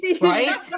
right